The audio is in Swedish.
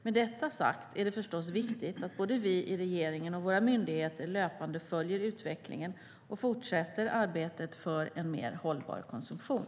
Med detta sagt är det förstås viktigt att både vi i regeringen och våra myndigheter löpande följer utvecklingen och fortsätter arbetet för en mer hållbar konsumtion.